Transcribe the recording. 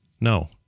No